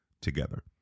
together